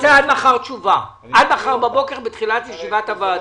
אני רוצה תשובה עד מחר בבוקר בתחילת ישיבת הוועדה.